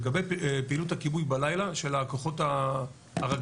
לגבי פעילות הכיבוי בלילה של הכוחות הרגליים,